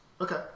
Okay